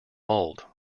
old